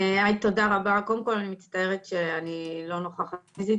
אני מצטערת שאני לא נוכחת פיזית,